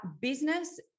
business